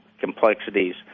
complexities